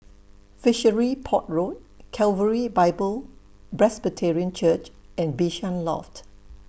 Fishery Port Road Calvary Bible Presbyterian Church and Bishan Loft